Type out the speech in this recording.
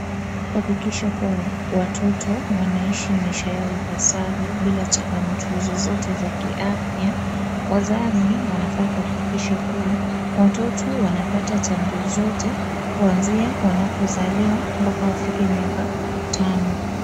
Kuhakikisha kuwa watoto wanaishi maisha yao ipasavyo bila changamoto zozote za kiafya, wazazi wanafaa kuhakikisha kuwa watoto wanapata chanjo zote kuanzia wanapozaliwa mpaka wafike miaka tano.